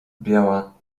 biała